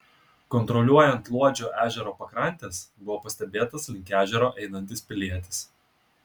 kontroliuojant luodžio ežero pakrantes buvo pastebėtas link ežero einantis pilietis